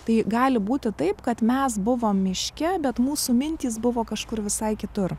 tai gali būti taip kad mes buvom miške bet mūsų mintys buvo kažkur visai kitur